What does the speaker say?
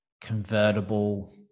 convertible